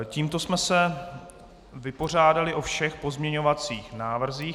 Tím jsme se vypořádali o všech pozměňovacích návrzích.